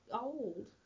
old